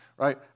right